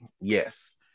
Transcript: Yes